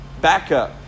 backup